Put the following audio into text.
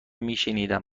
میشنیدم